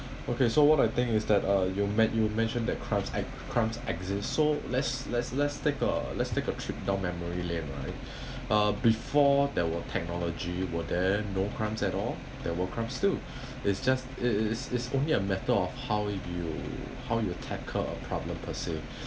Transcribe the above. okay so what I think is that uh you men~ you mentioned that crimes ex~ crimes exist so let's let's take a let's take a trip down memory lane right before there were technology were there no crimes at all there were crimes too is just is is only a matter of how you how you tackle a problem pursuit